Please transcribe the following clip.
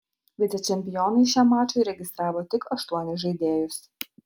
vicečempionai šiam mačui registravo tik aštuonis žaidėjus